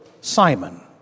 Simon